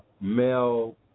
male